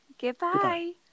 Goodbye